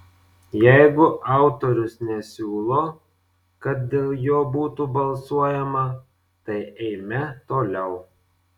jeigu autorius nesiūlo kad dėl jo būtų balsuojama tai eime toliau